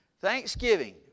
Thanksgiving